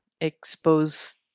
expose